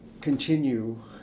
continue